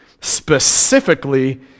specifically